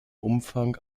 umfang